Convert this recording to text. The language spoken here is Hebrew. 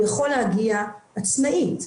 הוא יכול להגיע עצמאית,